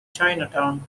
chinatown